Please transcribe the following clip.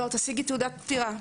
לא, תשיגי תעודת פטירה.